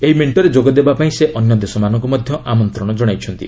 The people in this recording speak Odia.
ଏହି ମେଙ୍କରେ ଯୋଗ ଦେବପାଇଁ ସେ ଅନ୍ୟ ଦେଶମାନଙ୍କୁ ମଧ୍ୟ ଆମନ୍ତ୍ରଣ କଶାଇଛନ୍ତି